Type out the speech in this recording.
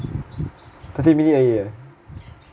thirty minutes 而已 leh